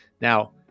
Now